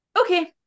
okay